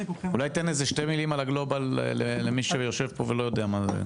אולי תיתן איזה שתי מילים על הגלובאל למי שיושב פה ולא יודע מה זה.